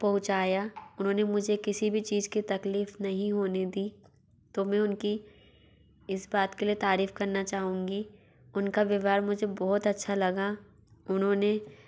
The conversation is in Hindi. पहुँचाया उन्होंने मुझे किसी भी चीज़ की तक़लीफ़ नहीं होने दी तो मैं उनकी इस बात के लिए तारीफ़ करना चाहूँगी उनका व्यवहार मुझे बहुत अच्छा लगा उन्होंने